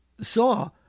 saw